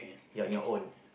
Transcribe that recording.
ya your own